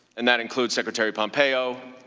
and that include secretary pompeo?